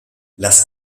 las